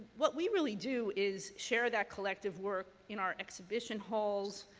what we really do is share that collective work in our exhibition halls,